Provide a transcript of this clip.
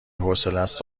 حوصلست